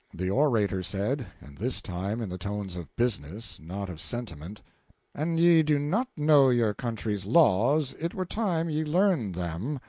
the orator said and this time in the tones of business, not of sentiment an ye do not know your country's laws, it were time ye learned them.